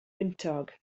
wyntog